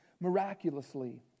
miraculously